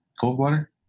Coldwater